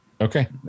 Okay